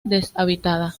deshabitada